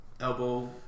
elbow